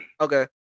Okay